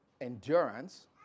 endurance